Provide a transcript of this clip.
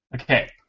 Okay